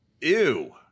Ew